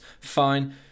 fine